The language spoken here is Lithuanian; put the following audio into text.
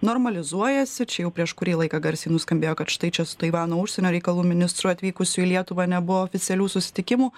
normalizuojasi čia jau prieš kurį laiką garsiai nuskambėjo kad štai čia su taivano užsienio reikalų ministru atvykusiu į lietuvą nebuvo oficialių susitikimų